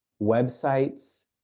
websites